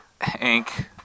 Hank